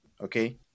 Okay